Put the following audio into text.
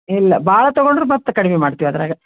ಇಲ್ಲ ಭಾಳ ತೊಗೊಂಡ್ರೆ ಮತ್ತು ಕಡ್ಮೆ ಮಾಡ್ತೀವಿ ಅದ್ರಾಗ